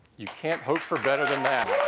you can't hope for better than that.